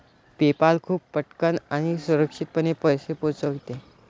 PayPal खूप पटकन आणि सुरक्षितपणे पैसे पोहोचविते